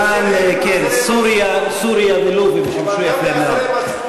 למען סוריה ולוב הם שימשו יפה מאוד.